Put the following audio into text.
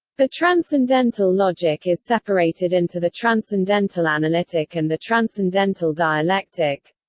the transcendental logic is separated into the transcendental analytic and the transcendental dialectic